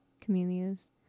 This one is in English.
Camellias